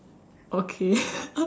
okay